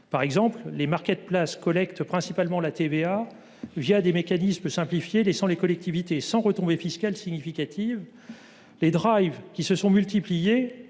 Par exemple, les collectent principalement la TVA des mécanismes simplifiés, laissant les collectivités sans retombées fiscales significatives. Les, qui se sont multipliés